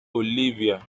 olivia